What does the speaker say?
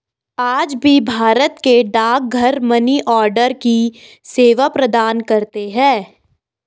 आज भी भारत के डाकघर मनीआर्डर की सेवा प्रदान करते है